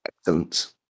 Excellent